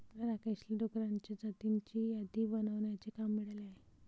राकेशला डुकरांच्या जातींची यादी बनवण्याचे काम मिळाले आहे